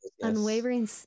Unwavering